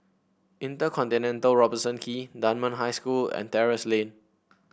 Inter Continental Robertson Quay Dunman High School and Terrasse Lane